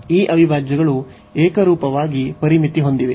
ಈ ಅವಿಭಾಜ್ಯಗಳು ಏಕರೂಪವಾಗಿ ಪರಿಮಿತಿ ಹೊಂದಿವೆ